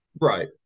Right